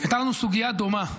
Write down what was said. פתרנו סוגיה דומה,